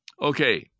Okay